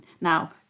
now